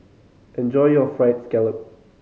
enjoy your Fried Scallop